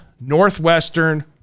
northwestern